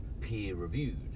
peer-reviewed